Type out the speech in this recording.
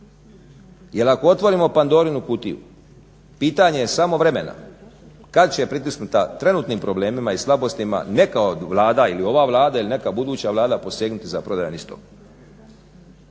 Jel ako otvorimo Pandorinu kutiju pitanje je samo vremena kada će je pritisnuta trenutnim problemima i slabostima neka od vlada ili ova Vlada ili neka buduća Vlada posegnuti za prodajom istom.